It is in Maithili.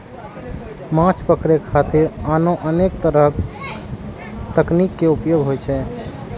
माछ पकड़े खातिर आनो अनेक तरक तकनीक के उपयोग होइ छै